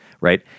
Right